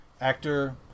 actor